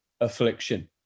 affliction